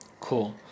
Cool